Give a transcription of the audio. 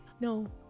no